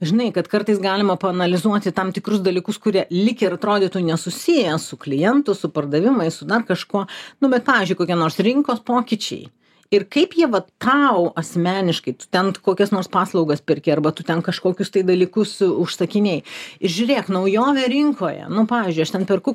žinai kad kartais galima paanalizuoti tam tikrus dalykus kurie lyg ir atrodytų nesusiję su klientu su pardavimais su dar kažkuo nu bet pavyzdžiui kokie nors rinkos pokyčiai ir kaip jie vat tau asmeniškai tu ten kokias nors paslaugas perki arba tu ten kažkokius tai dalykus užsakinėji žiūrėk naujovė rinkoje nu pavyzdžiui aš ten perku